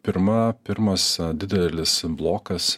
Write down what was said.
pirma pirmas didelis blokas